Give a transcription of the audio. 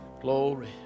Glory